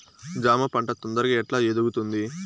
జామ పంట తొందరగా ఎట్లా ఎదుగుతుంది?